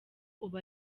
ubu